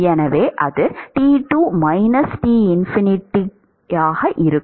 எனவே அது இருக்கும்